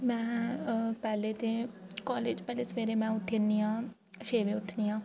में अअ पैह्लें ते कॉलेज़ दे पैह्ले सबैह्रे उठी आनी आं छेऽ बेऽ उठनी आं